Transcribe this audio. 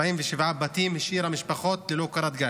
47 בתים, השאירה משפחות ללא קורת גג.